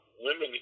women